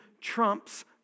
trumps